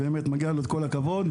באמת מגיע לו כל הכבוד,